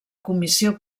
comissió